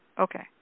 Okay